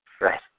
Right